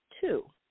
two